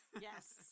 Yes